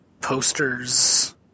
posters